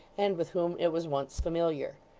and with whom it was once familiar.